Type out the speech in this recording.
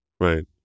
Right